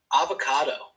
avocado